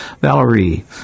Valerie